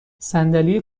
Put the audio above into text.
صندلی